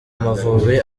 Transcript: amavubi